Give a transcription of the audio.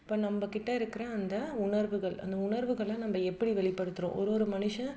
இப்போ நம்மக்கிட்ட இருக்கிற அந்த உணர்வுகள் அந்த உணர்வுகளை நம்ம எப்படி வெளிப்படுத்துகிறோம் ஒரு ஒரு மனுஷன்